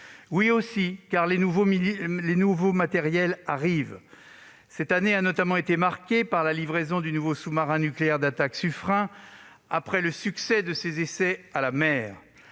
ici. Oui, les nouveaux matériels arrivent : cette année a été notamment marquée par la livraison du nouveau sous-marin nucléaire d'attaque (SNA) Suffren après le succès de ses essais à la mer.